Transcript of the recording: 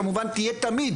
כמובן תהיה תמיד